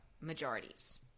majorities